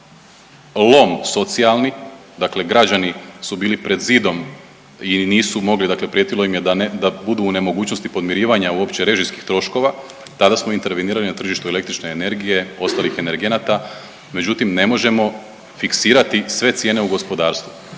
lom socijalni, dakle građani su bili pred zidom i nisu mogli, dakle prijetilo im je da budu u nemogućnosti podmirivanja uopće režijskih troškova, tada smo intervenirali na tržištu električne energije i ostalih energenata, međutim ne možemo fiksirati sve cijene u gospodarstvu,